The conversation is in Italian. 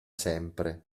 sempre